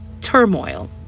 turmoil